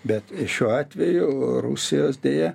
bet šiuo atveju rusijos deja